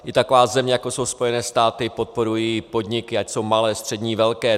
I taková země, jako jsou Spojené státy, podporuje podniky, ať jsou malé, střední, velké.